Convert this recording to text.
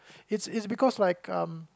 it's it's because like um